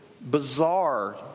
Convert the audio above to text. bizarre